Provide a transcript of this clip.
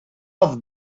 off